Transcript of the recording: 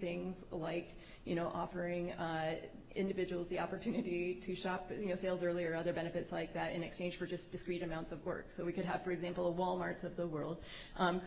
things like you know offering individuals the opportunity to shop you know sales early or other benefits like that in exchange for just discrete amounts of work so we could have for example wal marts of the world